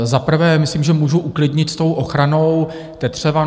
Za prvé myslím, že můžu uklidnit s tou ochranou tetřeva.